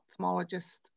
ophthalmologist